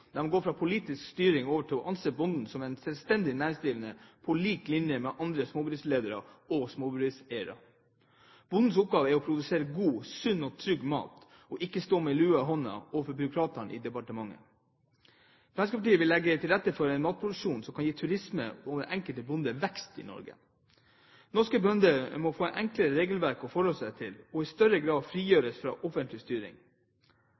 man går fra politisk styring over til å anse bonden som en selvstendig næringsdrivende på lik linje med andre småbedriftsledere og småbedriftseiere. Bondens oppgave er å produsere god, sunn og trygg mat og ikke stå med lua i hånden overfor byråkratene i departementene. Fremskrittspartiet vil legge til rette for en matproduksjon som kan gi turisme og den enkelte bonde vekst i Norge. Norske bønder må få et enklere regelverk å forholde seg til og i større grad frigjøres fra offentlig styring.